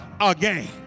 again